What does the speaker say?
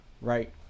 Right